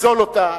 לפסול אותה,